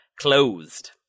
closed